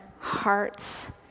hearts